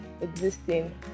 existing